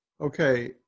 Okay